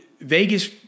Vegas